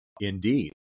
Indeed